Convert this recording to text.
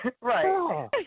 Right